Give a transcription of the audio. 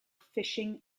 fishing